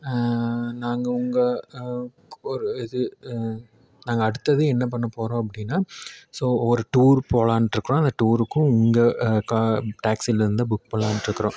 நாங்கள் உங்கள் ஒரு இது நாங்கள் அடுத்தது என்ன பண்ண போகிறோம் அப்படின்னா ஸோ ஒரு டூரு போகலான்ட்ருக்குறோம் அந்த டூருக்கும் உங்கள் கால் டேக்சியிலேருந்து புக் பண்ணலான்ட்ருக்குறோம்